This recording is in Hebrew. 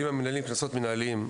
בנוגע לקנסות מנהליים.